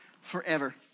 forever